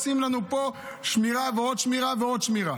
עושים לנו פה שמירה ועוד שמירה ועוד שמירה.